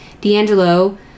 D'Angelo